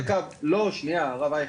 רגע הרב אייכלר,